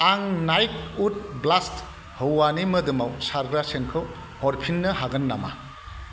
आं नाइक उड ब्लास्ट हौवानि मोदोमाव सारग्रा सेन्टखौ हरफिननो हागोन नामा